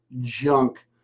Junk